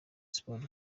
sport